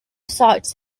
sites